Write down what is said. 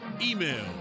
Email